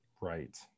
right